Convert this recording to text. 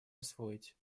освоить